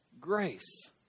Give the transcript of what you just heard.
Grace